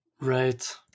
Right